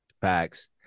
Facts